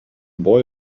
boy